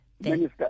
minister